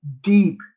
deep